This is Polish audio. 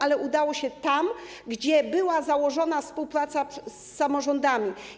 Ale udało się tam, gdzie była założona współpraca z samorządami.